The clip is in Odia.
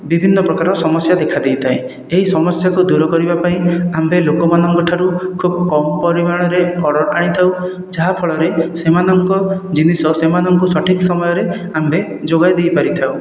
ବିଭିନ୍ନ ପ୍ରକାରର ସମସ୍ୟା ଦେଖା ଦେଇଥାଏ ଏହି ସମସ୍ୟାକୁ ଦୂର କରିବା ପାଇଁ ଆମ୍ଭେ ଲୋକମାନଙ୍କ ଠାରୁ ଖୁବ ପରିମାଣରେ ଅର୍ଡ଼ର ଆଣିଥାଉ ଯାହା ଫଳରେ ସେମାନଙ୍କ ଜିନିଷ ସେମାନଙ୍କୁ ସଠିକ ସମୟରେ ଆମ୍ଭେ ଯୋଗାଇ ଦେଇ ପରିଥାଉ